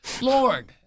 Lord